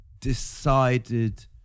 decided